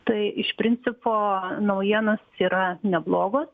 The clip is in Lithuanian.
tai iš principo naujienos yra neblogos